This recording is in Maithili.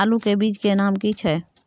आलू के बीज के नाम की छै?